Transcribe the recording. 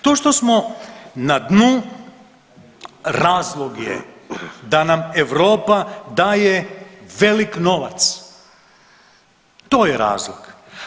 To što smo na dnu razlog je da nam Europa daje velik novac, to je razlog.